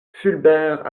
fulbert